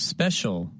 Special